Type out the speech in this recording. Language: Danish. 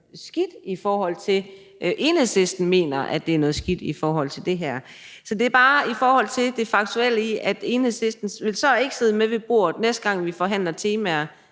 skidt, i forhold til hvad Enhedslisten mener, altså i forhold til det her. Så det er bare det faktuelle i, at Enhedslisten så ikke vil sidde med ved bordet, næste gang vi forhandler temaer.